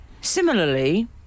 similarly